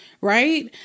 right